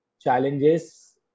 challenges